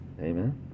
Amen